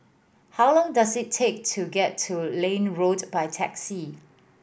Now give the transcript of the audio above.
how long does it take to get to Liane Road by taxi